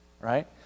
right